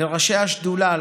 ולראשי השדולה,